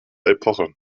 epoche